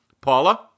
Paula